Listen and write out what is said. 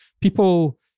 people